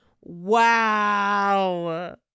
wow